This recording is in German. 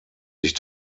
sich